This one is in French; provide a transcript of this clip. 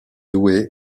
douée